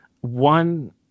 one